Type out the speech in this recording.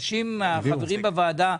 החברים בוועדה,